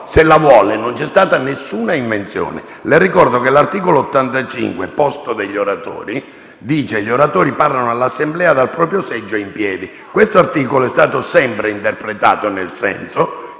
non la vuole? Non c'è stata alcuna invenzione. Le ricordo che l'articolo 85, sul posto degli oratori, così recita: «Gli oratori parlano all'Assemblea dal proprio seggio e in piedi». Questo articolo è stato sempre interpretato nel senso